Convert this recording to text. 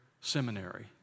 seminary